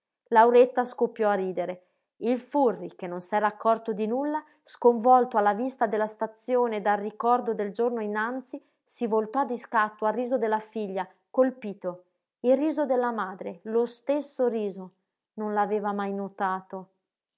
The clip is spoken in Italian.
lauretta scoppiò a ridere il furri che non s'era accorto di nulla sconvolto alla vista della stazione dal ricordo del giorno innanzi si voltò di scatto al riso della figlia colpito il riso della madre lo stesso riso non l'aveva mai notato